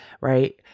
right